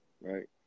right